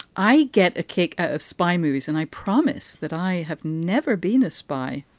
i get a kick out of spy movies and i promise that i have never been a spy.